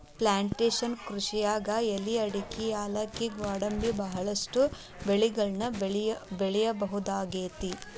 plantation ಕೃಷಿಯಾಗ್ ಎಲಿ ಅಡಕಿ ಯಾಲಕ್ಕಿ ಗ್ವಾಡಂಬಿ ಬಹಳಷ್ಟು ಬೆಳಿಗಳನ್ನ ಬೆಳಿಬಹುದಾಗೇತಿ